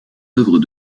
œuvres